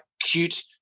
cute